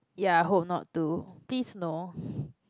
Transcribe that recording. ya I hope not too please no